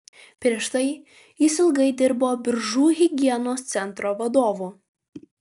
prieš tai jis ilgai dirbo biržų higienos centro vadovu